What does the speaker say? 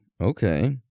okay